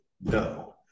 No